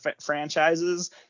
franchises